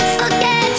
Forget